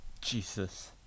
Jesus